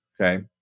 Okay